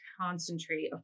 concentrate